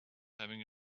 having